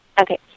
Okay